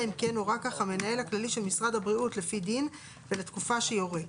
אם כן הורה כך המנהל הכללי של משרד הבריאות ולתקופה שיורה.